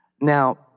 Now